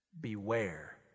beware